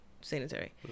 sanitary